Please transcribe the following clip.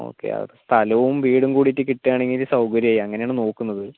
okay ആ സ്ഥലവും വീടും കൂടിയിട്ട് കിട്ടുകയാണെങ്കിൽ സൗകര്യമായി അങ്ങനെയാണ് നോക്കുന്നത്